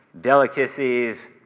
delicacies